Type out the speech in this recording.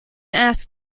asked